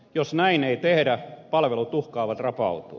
jos näin ei tehdä palvelut uhkaavat rapautua